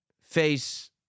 face